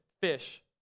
fish